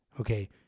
okay